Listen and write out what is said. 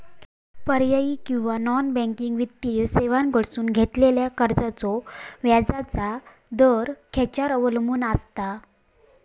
पर्यायी किंवा non banking वित्तीय सेवांकडसून घेतलेल्या कर्जाचो व्याजाचा दर खेच्यार अवलंबून आसता?